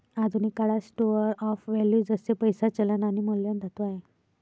आधुनिक काळात store of value जसे पैसा, चलन आणि मौल्यवान धातू आहे